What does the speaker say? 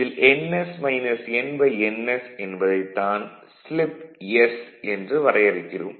இதில் ns nns என்பதைத் தான் ஸ்லிப் s என்று வரையறுக்கிறோம்